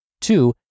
Two